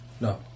No